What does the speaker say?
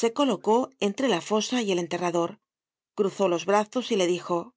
se colocó entre la fosa y el enterrador cruzó los brazos y le dijo yo